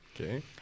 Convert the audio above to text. Okay